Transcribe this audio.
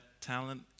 talent